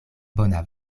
bona